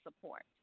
support